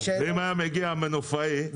--- ואם היה מגיע מנופאי,